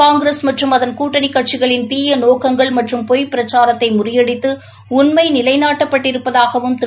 காங்கிரஸ் மற்றும் அதன் கூட்டணி கட்சிகளின் தீய நோக்கங்கள் மற்றும் பொய்ப் பிரச்சாரத்தை முறியடித்து உண்மை நிலைநாட்டப்பட்டிருப்பதாகவும் திரு